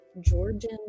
Georgian